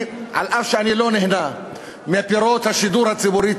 אף שאני לא נהנה מפירות השידור "הציבורי",